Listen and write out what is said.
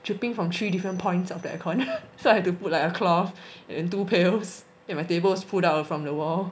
dripping from three different points of the air con so I had to put like a cloth and two pails and my table was pulled out from the wall